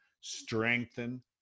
strengthen